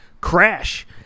Crash